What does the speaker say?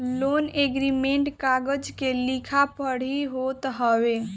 loan agreement कागज के लिखा पढ़ी होत हवे